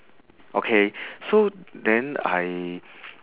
okay so then I